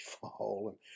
fall